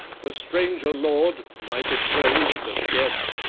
the stranger lord, my betrothed and guest,